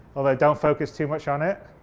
although don't focus too much on it.